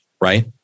right